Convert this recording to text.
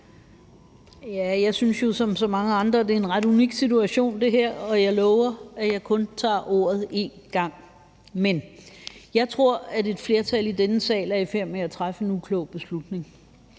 Jeg synes jo som så mange andre, at det her er en ret unik situation, og jeg lover, at jeg kun tager ordet én gang. Men jeg tror, at et flertal i denne sal er i færd med at træffe en uklog beslutning.